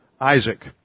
Isaac